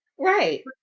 right